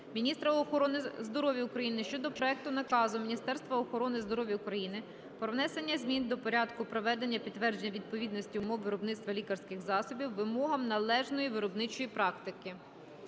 міністра охорони здоров'я України щодо проекту наказу Міністерства охорони здоров'я України "Про внесення змін до Порядку проведення підтвердження відповідності умов виробництва лікарських засобів вимогам належної виробничої практики".